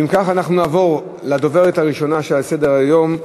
ואם כך, אנחנו נעבור לדוברת הראשונה שעל סדר-היום,